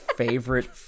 favorite